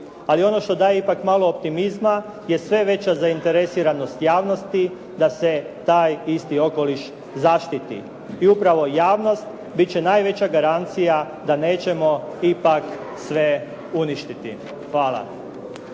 Ali ono što daje ipak malo optimizmi je sve veća zainteresiranost javnosti, da se taj isti okoliš zaštiti. I upravo javnost biti će najveća garancija da nećemo ipak sve uništiti. Hvala.